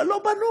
אבל לא בנו,